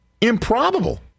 improbable